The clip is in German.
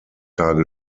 tage